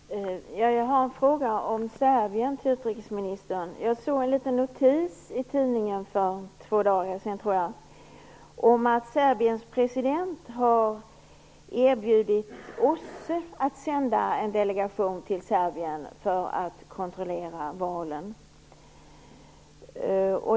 Herr talman! Jag har en fråga om Serbien till utrikesministern. Jag såg en liten notis i tidningen för ungefär två dagar sedan om att Serbiens president har erbjudit OSSE att sända en delegation till Serbien för att kontrollera valen.